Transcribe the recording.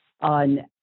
on